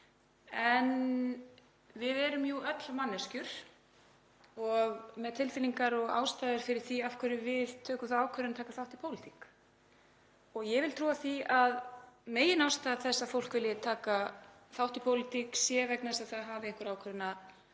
en við erum jú öll manneskjur og með tilfinningar og ástæður fyrir því að við tökum ákvörðun um að taka þátt í pólitík. Ég vil trúa því að meginástæða þess að fólk vilji taka þátt í pólitík sé sú að það hafi ákveðna